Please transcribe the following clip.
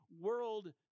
world